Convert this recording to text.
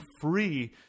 free